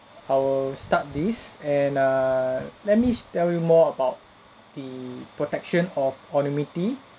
I will start this and err let me sh~ tell you more about the protection of anonymity